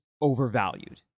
overvalued